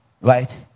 right